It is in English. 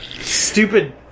Stupid